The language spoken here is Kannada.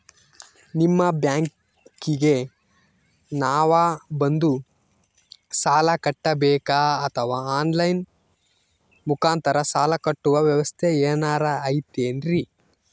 ನಿಮ್ಮ ಬ್ಯಾಂಕಿಗೆ ನಾವ ಬಂದು ಸಾಲ ಕಟ್ಟಬೇಕಾ ಅಥವಾ ಆನ್ ಲೈನ್ ಮುಖಾಂತರ ಸಾಲ ಕಟ್ಟುವ ವ್ಯೆವಸ್ಥೆ ಏನಾರ ಐತೇನ್ರಿ?